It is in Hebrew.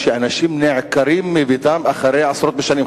שאנשים נעקרים מביתם אחרי עשרות בשנים,